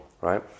right